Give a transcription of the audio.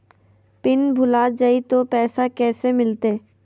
Pin भूला जाई तो पैसा कैसे मिलते?